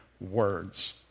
words